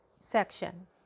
section